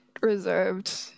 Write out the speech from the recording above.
reserved